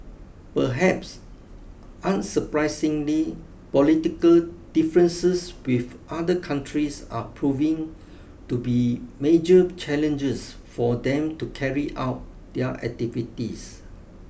perhaps unsurprisingly political differences with other countries are proving to be major challenges for them to carry out their activities